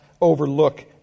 overlook